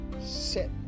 set